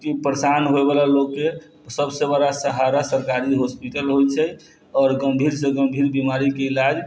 जे परेशान होइवला लोकके सबसँ बड़ा सहारा सरकारी हॉस्पिटल होइ छै आओर गम्भीरसँ गम्भीर बीमारीके इलाज